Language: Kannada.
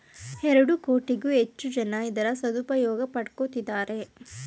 ಎರಡು ಕೋಟಿಗೂ ಹೆಚ್ಚು ಜನ ಇದರ ಸದುಪಯೋಗ ಪಡಕೊತ್ತಿದ್ದಾರೆ